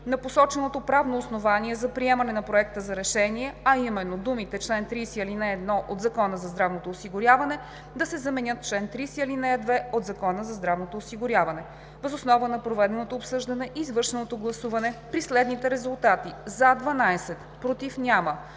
на посоченото правно основание за приемане на Проекта за решение, а именно: думите „чл. 30, ал. 1 от Закона за здравното осигуряване“ да се заменят с „чл. 30, ал. 2 от Закона за здравното осигуряване“. Въз основа на проведеното обсъждане и извършеното гласуване при следните резултати: „за“ – 12, „против“ – няма,